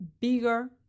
bigger